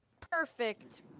perfect